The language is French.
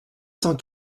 cent